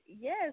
yes